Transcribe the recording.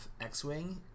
X-Wing